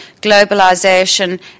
globalisation